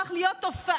הפך להיות תופעה,